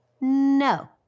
No